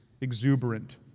exuberant